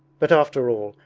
but after all,